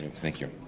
thank you.